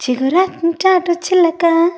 చిగురాకు చాటు చిలక